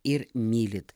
ir mylit